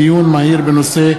בנושא: